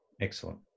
Excellent